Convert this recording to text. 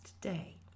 today